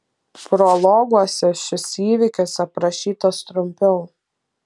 prologuose šis įvykis aprašytas trumpiau